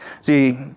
See